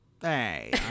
Hey